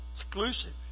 Exclusive